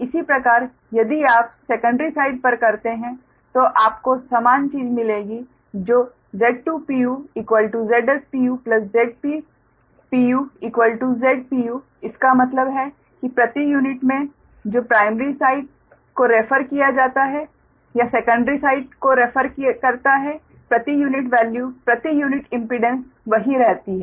इसी प्रकार यदि आप सेकंडरी साइड पर करते हैं तो आपको समान चीज़ मिलेगी तो Z2 Zs Zp Z इसका मतलब है कि प्रति यूनिट में जो प्राइमरी साइड को रेफर करता है या सेकंडरी को रेफर करता है प्रति यूनिट वैल्यू प्रति यूनिट इम्पीडेंस वही रहती है